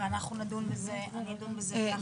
ואנחנו נדון בזה ביחד עם האנשים הרלוונטיים לקראת הדיון הבא.